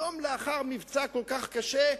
יום לאחר מבצע כל כך קשה,